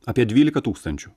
apie dvylika tūkstančių